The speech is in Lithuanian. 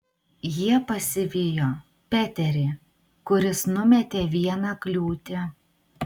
jie pasivijo peterį kuris numetė vieną kliūtį